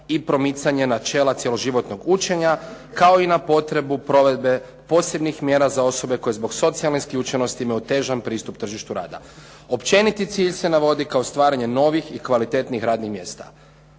i promicanje načela cjeloživotnog učenja kao i na potrebu provedbe posebnih mjera za osobe koje zbog socijalne isključenosti imaju otežan pristup tržištu rada. Općeniti cilj se navodi kao stvaranje novih i kvalitetnih radnih mjesta.